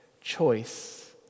choice